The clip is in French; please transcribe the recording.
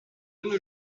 nos